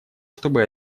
чтобы